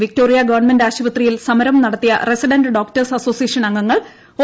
Victoria government ആശുപ്പിതിയിൽ സമരം നടത്തിയ റസിഡന്റ് ഡോക്ടേഴ്സ് അസ്സോസീയേഷൻ അംഗങ്ങൾ ഒ